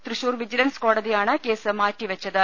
Thrissur vigilance കോടതിയാണ് case മാറ്റിവെച്ചത്